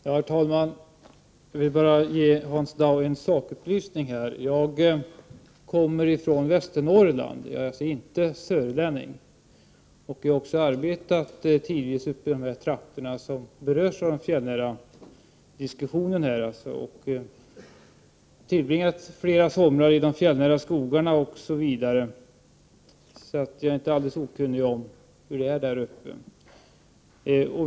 Herr talman! Jag vill bara ge Hans Dau en sakupplysning. Jag kommer ifrån Västernorrland och är alltså inte sörlänning. Tidvis har jag också arbetat i de trakter som berörs av diskussionen om de fjällnära skogarna. Flera somrar har jag tillbringat i de fjällnära skogarna, osv., varför jag inte är alldeles okunnig om hur det är där uppe.